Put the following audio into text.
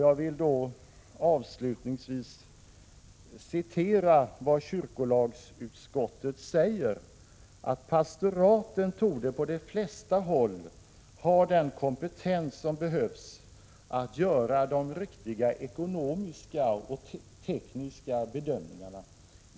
Jag vill avslutningsvis citera vad kyrkolagsutskottet säger: ”Pastoraten torde på de flesta håll ha den kompetens som behövs att göra de riktiga ekonomiska och tekniska bedömningarna.